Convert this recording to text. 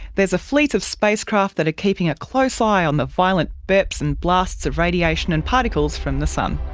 there's a fleet of spacecraft that are keeping a close eye on the violent burps and blasts of radiation and particles from the sun.